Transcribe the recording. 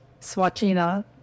Swachina